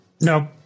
No